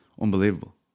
Unbelievable